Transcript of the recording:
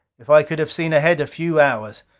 if i could have seen ahead a few hours!